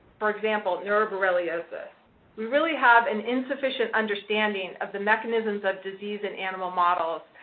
for example, neuroborreliosis. we really have an insufficient understanding of the mechanisms of disease in animal models,